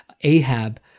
Ahab